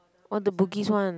oh the Bugis one